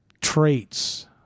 traits